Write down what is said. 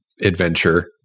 adventure